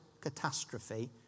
catastrophe